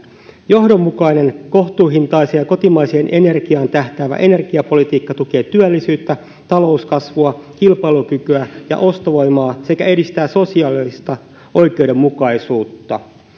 johdonmukainen kohtuuhintaiseen ja kotimaiseen energiaan tähtäävä energiapolitiikka tukee työllisyyttä talouskasvua kilpailukykyä ja ostovoimaa sekä edistää sosiaalista oikeudenmukaisuutta